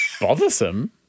Bothersome